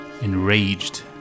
enraged